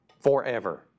Forever